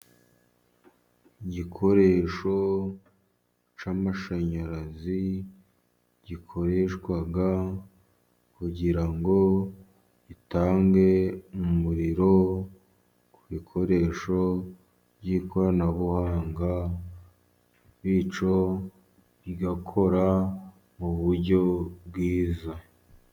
Igikoresho cy'amashanyarazi gikoreshwa kugira ngo itange umuriro , ku bikoresho by'ikoranabuhanga, bicyo bigakora mu buryo bwiza.